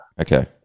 Okay